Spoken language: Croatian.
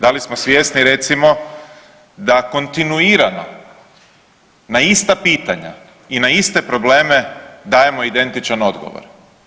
Da li smo svjesni, recimo, da kontinuirano na ista pitanja i na iste probleme dajemo identičan odgovor?